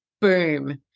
boom